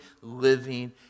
living